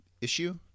issue